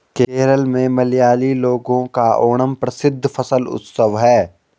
केरल में मलयाली लोगों का ओणम प्रसिद्ध फसल उत्सव है